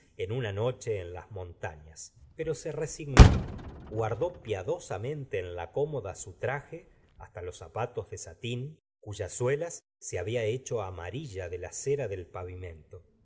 en una noche en las montañas pero se resignaba guardó piadosamente en la cómoda su traje hasta los zapatos de satín cuyas suelas se había hecho amarilla de la cera del